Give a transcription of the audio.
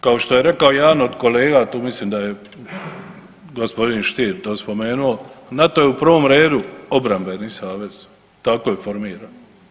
Kao što je rekao jedan od kolega, a tu mislim da je gospodin Stier to spomenuo NATO je u prvom redu obrambeni savez, tako je formiran.